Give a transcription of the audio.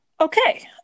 Okay